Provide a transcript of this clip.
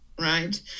Right